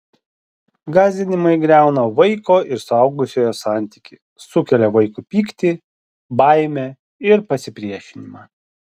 gąsdinimai griauna vaiko ir suaugusiojo santykį sukelia vaikui pyktį baimę ir pasipriešinimą